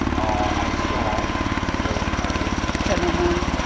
oh, i saw several times. but not now.